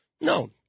no